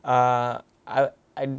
uh I I